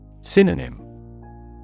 Synonym